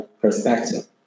perspective